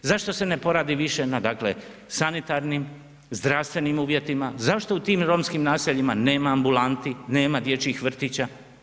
Zašto se ne poradi više na dakle sanitarnim, zdravstvenim uvjetima, zašto u tim romskim naseljima nema ambulanti, nema dječjih vrtića?